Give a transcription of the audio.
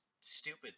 stupid